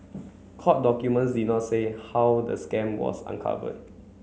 court documents did not say how the scam was uncovered